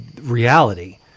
reality